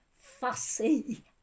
fussy